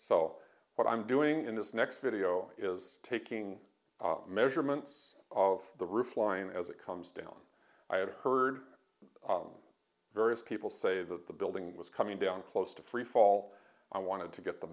so what i'm doing in this next video is taking measurements of the roof line as it comes down i have heard various people say that the building was coming down close to free fall i wanted to get the